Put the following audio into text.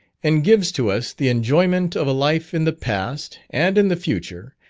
and gives to us the enjoyment of a life in the past, and in the future,